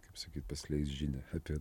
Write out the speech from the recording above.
kaip pasakyt paskleist žinią apie